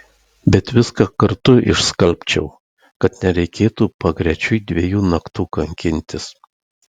bet viską kartu išskalbčiau kad nereikėtų pagrečiui dviejų naktų kankintis